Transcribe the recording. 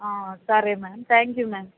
సరే ma'am thank you ma'am